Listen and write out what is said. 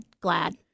glad